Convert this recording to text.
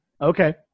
Okay